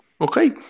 Okay